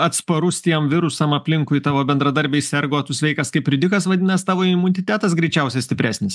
atsparus tiem virusam aplinkui tavo bendradarbiai serga o tu sveikas kaip ridikas vadinas tavo imunitetas greičiausiai stipresnis